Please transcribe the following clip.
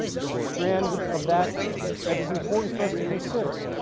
there's a strand of that that is important for us to consider